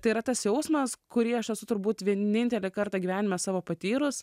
tai yra tas jausmas kurį aš esu turbūt vienintelį kartą gyvenime savo patyrus